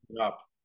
up